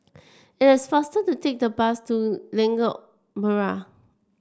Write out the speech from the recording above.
it's faster to take the bus to Lengkok Merak